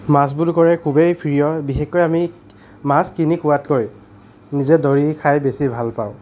মাছ বুলি ক'লে খুবেই প্ৰিয় বিশেষকৈ আমি মাছ কিনি খোৱাতকৈ নিজে ধৰি খাই বেছি ভাল পাওঁ